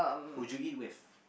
would you eat with